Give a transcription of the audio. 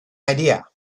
idea